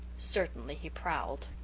certainly he prowled.